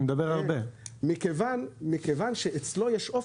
מכיוון שאצלו יש אופק,